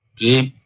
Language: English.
the